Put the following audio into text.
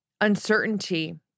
uncertainty